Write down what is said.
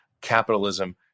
capitalism